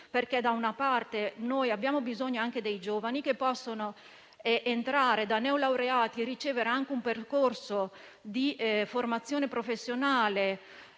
perché abbiamo bisogno anche di giovani che possano entrare da neolaureati, ricevere un percorso di formazione professionale